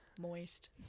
Moist